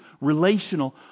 relational